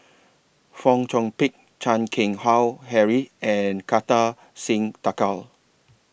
Fong Chong Pik Chan Keng Howe Harry and Kartar Singh Thakral